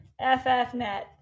FFnet